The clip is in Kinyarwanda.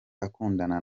akundana